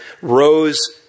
rose